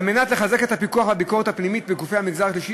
על מנת לחזק את הפיקוח והביקורת הפנימית בגופי המגזר השלישי